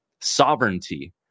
Sovereignty